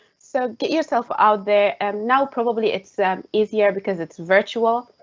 so get yourself out there um now. probably it's easier because it's virtual.